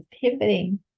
pivoting